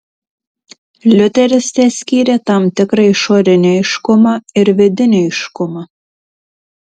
liuteris teskyrė tam tikrą išorinį aiškumą ir vidinį aiškumą